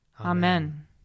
Amen